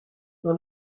dans